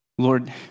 Lord